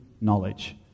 knowledge